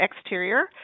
exterior